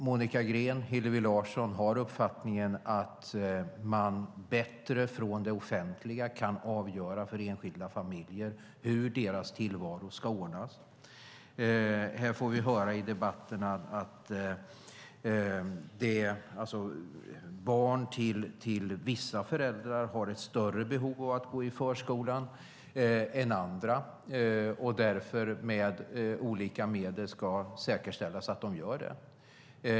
Monica Green och Hillevi Larsson har uppfattningen att man från det offentliga bättre kan avgöra hur tillvaron för enskilda familjer ska ordnas. Här får vi höra i debatten att barn till vissa föräldrar har ett större behov än andra av att gå i förskolan och att det därför med olika medel ska säkerställas att de gör det.